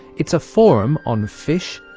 it's a forum on fish,